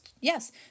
Yes